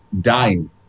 dying